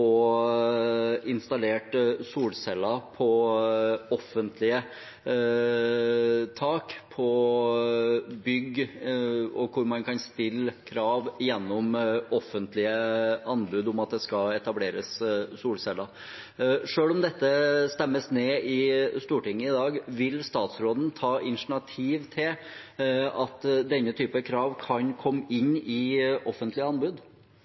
installert solceller på tak på offentlige bygg, at man kan stille krav gjennom offentlige anbud om at det skal etableres solceller. Selv om dette stemmes ned i Stortinget i dag, vil statsråden ta initiativ til at denne typen krav kan komme inn i offentlige anbud?